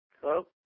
Hello